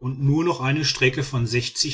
und nur noch eine strecke von